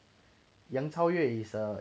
杨超越 is err